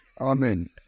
Amen